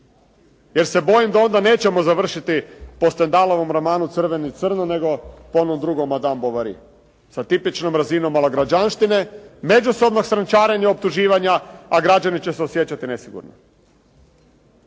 Jer se bojim da onda nećemo završiti po Stendalovom romanu “Crveno i crno“, nego po onom drugom “Madame Bovary“, sa tipičnom razinom malograđanštine, međusobnog strančarenja, optuživanja, a građani će se osjećati nesigurno.